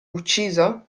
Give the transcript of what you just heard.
ucciso